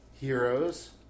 heroes